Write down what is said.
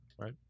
Right